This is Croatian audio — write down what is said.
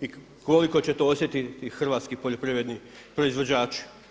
i koliko će to osjetiti hrvatski poljoprivredni proizvođači.